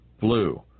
blue